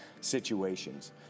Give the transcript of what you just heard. situations